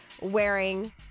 wearing